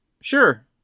Sure